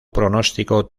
pronóstico